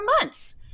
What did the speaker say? months